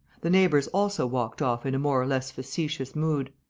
the neighbours also walked off in a more or less facetious mood.